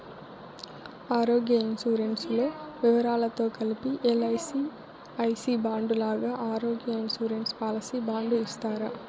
ఆరోగ్య ఇన్సూరెన్సు లో వివరాలతో కలిపి ఎల్.ఐ.సి ఐ సి బాండు లాగా ఆరోగ్య ఇన్సూరెన్సు పాలసీ బాండు ఇస్తారా?